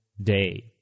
day